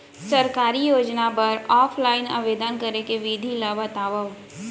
सरकारी योजना बर ऑफलाइन आवेदन करे के विधि ला बतावव